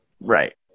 right